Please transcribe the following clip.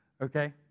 Okay